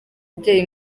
umubyeyi